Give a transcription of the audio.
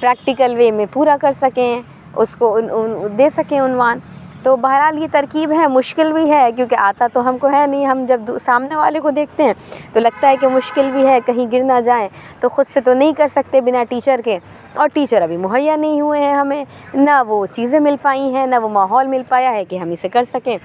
practical way میں پورا کر سکیں اُس کو اُن اُن دے سکیں عنوان تو بہرحال یہ ترکیب ہے مشکل بھی ہے کیونکہ آتا تو ہم کو ہے نہیں ہم جب سامنے والے کو دیکھتے ہیں تو لگتا ہے کہ مشکل بھی ہے کہیں گر نہ جائیں تو خود سے تو نہیں کر سکتے بنا ٹیچر کے اور ٹیچر ابھی مہیّا نہیں ہوئے ہیں ہمیں نہ وہ چیزیں مل پائیں ہیں نہ وہ ماحول مل پایا ہے کہ ہم اِسے کر سکیں